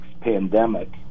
pandemic